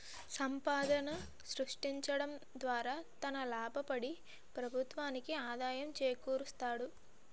సంపాదన సృష్టించడం ద్వారా తన లాభపడి ప్రభుత్వానికి ఆదాయం చేకూరుస్తాడు